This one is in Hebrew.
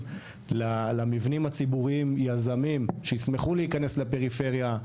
למבנים הציבוריים יזמים שישמחו להיכנס לפריפריה,